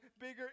bigger